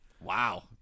Wow